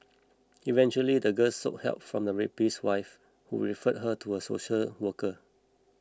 eventually the girl sought help from the rapist's wife who referred her to a social worker